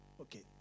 Okay